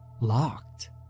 locked